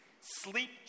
sleep